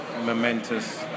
momentous